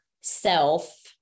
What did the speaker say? self